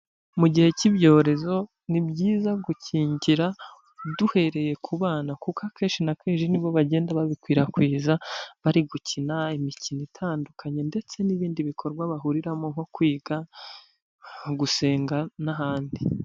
Mu gihe cy'ibyorezo ni byiza gukingira duhereye ku bana kuko akenshi na kenshi nibo bagenda babikwirakwiza bari gukina imikino itandukanye ndetse n'ibindi bikorwa bahuriramo nko kwiga, gusenga n'ahandi.